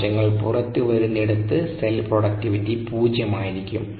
കോശങ്ങൾ പുറത്തുവരുന്നിടത്ത് cell productivity പൂജ്യമായിരിക്കും